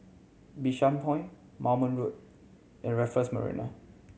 Bishan Point Moulmein Road and Raffles Marina